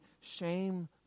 shame